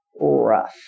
Rough